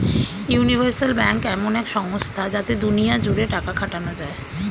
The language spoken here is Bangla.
ইউনিভার্সাল ব্যাঙ্ক এমন এক সংস্থা যাতে দুনিয়া জুড়ে টাকা খাটানো যায়